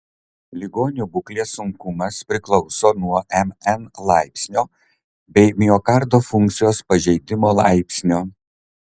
ligonių būklės sunkumas priklauso nuo mn laipsnio bei miokardo funkcijos pažeidimo laipsnio